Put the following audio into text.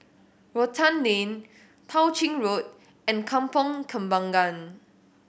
Rotan Lane Tao Ching Road and Kampong Kembangan